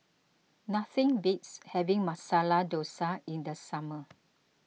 nothing beats having Masala Dosa in the summer